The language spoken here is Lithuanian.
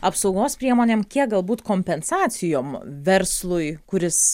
apsaugos priemonėm kiek galbūt kompensacijom verslui kuris